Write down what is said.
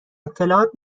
اطلاعات